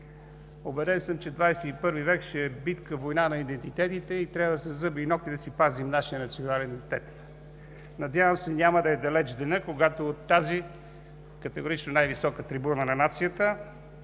убеден съм, че XXI век ще е битка, война на идентитетите и трябва със зъби и нокти да си пазим нашия национален идентитет. Надявам се, че няма да е далеч денят, когато от тази категорично най-висока трибуна на нацията